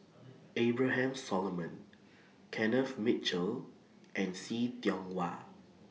Abraham Solomon Kenneth Mitchell and See Tiong Wah